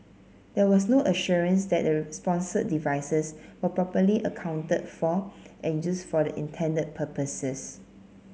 there was no assurance that the sponsored devices were properly accounted for and used for the intended purposes